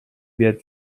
wird